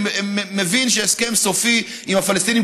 אני מבין שהסכם סופי עם הפלסטינים,